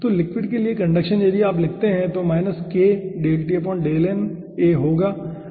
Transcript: तो लिक्विड के लिए कंडक्शन यदि आप लिखेंगे तो वह होगा